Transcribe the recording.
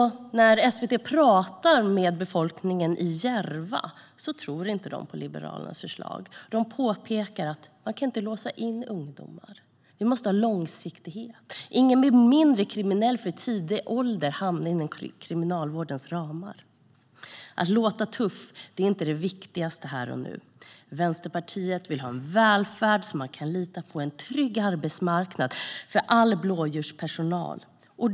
När SVT pratade med befolkningen i Järva trodde de inte på Liberalernas förslag. De påpekade att man inte kan låsa in ungdomar. Vi måste ha långsiktighet. Ingen blir mindre kriminell för att man i tidig ålder hamnar inom Kriminalvårdens ramar. Att låta tuff är inte det viktigaste här och nu. Vänsterpartiet vill ha en välfärd som man kan lita på och en trygg arbetsmarknad för all blåljuspersonal.